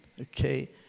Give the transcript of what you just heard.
Okay